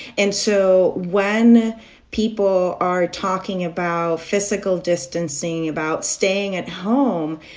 and so, when people are talking about physical distancing, about staying at home,